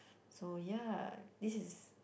so ya this is